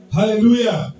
Hallelujah